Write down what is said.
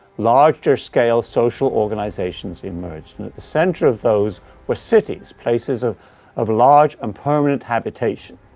larger scale social organizations emerged and at the center of those were cities, places of of large and permanent habitation.